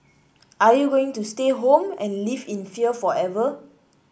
are you going to stay home and live in fear forever